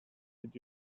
did